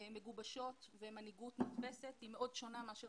מגובשות ומנהיגות מבוססת היא מאוד שונה מאשר